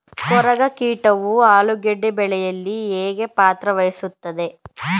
ಕೊರಕ ಕೀಟವು ಆಲೂಗೆಡ್ಡೆ ಬೆಳೆಯಲ್ಲಿ ಹೇಗೆ ಪಾತ್ರ ವಹಿಸುತ್ತವೆ?